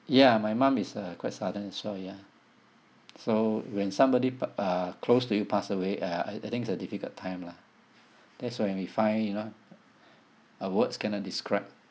ya my mum it's uh quite sudden as well ya so when somebody pa~ uh close to you passed away uh I I think it's a difficult time lah that's when we find you know uh words cannot describe